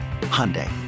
Hyundai